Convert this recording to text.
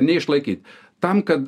neišlaikyt tam kad